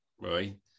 Right